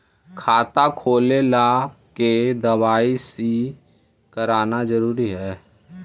खाता खोले ला के दवाई सी करना जरूरी है?